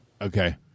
Okay